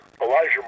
Elijah